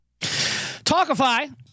Talkify